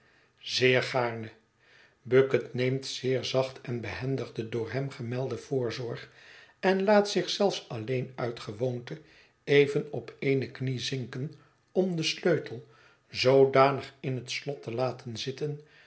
zeer gaarne bucket neemt zeer zacht en behendig de door hem gemelde voorzorg en laat zich zelfs alleen uit gewoonte even op ééne knie zinken om den sleutel zoodanig in het slot te laten zitten